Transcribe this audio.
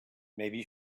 maybe